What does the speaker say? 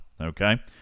Okay